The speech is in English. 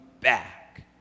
back